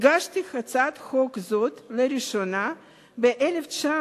הגשתי הצעת חוק זאת לראשונה ב-1997,